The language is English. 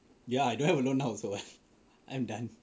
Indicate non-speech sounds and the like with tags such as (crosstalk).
ya I don't have a loan now also (noise) I am done